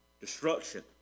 destruction